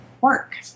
work